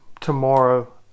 tomorrow